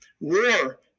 War